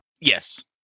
yes